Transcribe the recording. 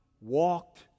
walked